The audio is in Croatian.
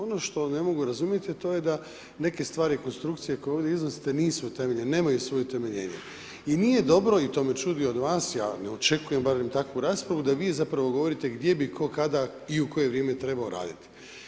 Ono što ne mogu razumjeti, a to je da neke stvari konstrukcije koje ovdje iznosite nisu utemeljene, nemaju svoje utemeljenje i nije dobro i to me čudi od vas, ja ne očekujem barem takvu raspravu da vi zapravo govorite gdje bi tko, kada i u koje vrijeme trebao raditi.